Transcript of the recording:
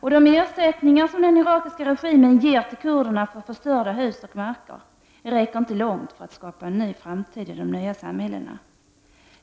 för sin försörjning. De ersättningar som den irakiska regimen ger till kurderna för förstörda hus och marker räcker inte långt när det gäller att skapa en ny framtid i de nya samhällena.